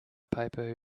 paper